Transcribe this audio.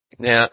Now